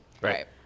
Right